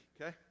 okay